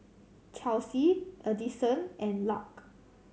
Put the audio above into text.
Chelsea Adyson and Lark